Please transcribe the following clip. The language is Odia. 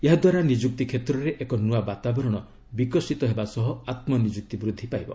ଏହାଦ୍ୱାରା ନିଯୁକ୍ତି କ୍ଷେତ୍ରରେ ଏକ ନ୍ତଆ ବାତାବରଣ ବିକଶିତ ହେବା ସହ ଆତ୍ମନିଯୁକ୍ତି ବୃଦ୍ଧି ପାଇବ